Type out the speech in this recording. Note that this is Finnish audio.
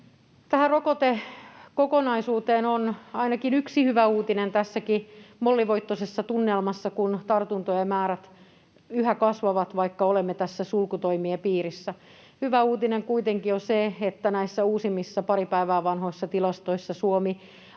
Tähän rokotekokonaisuuteen on ainakin yksi hyvä uutinen tässä mollivoittoisessa tunnelmassa, kun tartuntojen määrät yhä kasvavat, vaikka olemme sulkutoimien piirissä: Hyvä uutinen on se, että näissä uusimmissa, pari päivää vanhoissa tilastoissa Suomi